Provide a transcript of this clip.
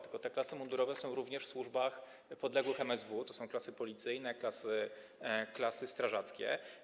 Tylko te klasy mundurowe są również w służbach podległych MSW - to są klasy policyjne, klasy strażackie.